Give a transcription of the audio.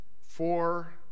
four